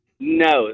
No